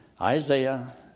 Isaiah